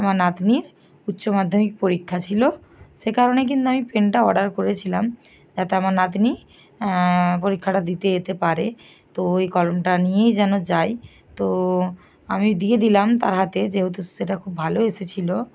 আমার নাতনির উচ্চ মাধ্যমিক পরীক্ষা ছিল সে কারণে কিন্তু আমি পেনটা অর্ডার করেছিলাম যাতে আমার নাতনি পরীক্ষাটা দিতে যেতে পারে তো এই কলমটা নিয়েই যেন যায় তো আমি দিয়ে দিলাম তার হাতে যেহেতু সেটা খুব ভালো এসেছিলো